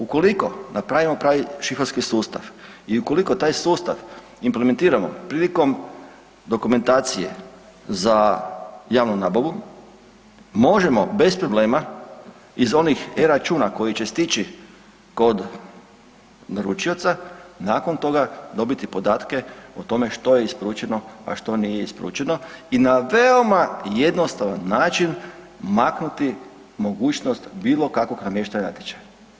Ukoliko napravimo pravi šifrovski sustav i ukoliko taj sustav implementiramo prilikom dokumentacije za javnu nabavu, možemo bez problema iz onih eRačuna koji će stići kod naručioca nakon toga dobiti podatke o tome što je isporučeno, a što nije isporučeno i na veoma jednostavan način maknuti mogućnost bilo kakvog namještanja natječaja.